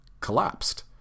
collapsed